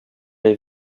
les